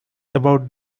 about